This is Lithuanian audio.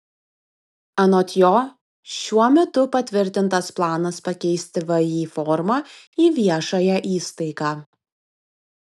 anot jo šiuo metu patvirtintas planas pakeisti vį formą į viešąją įstaigą